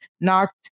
knocked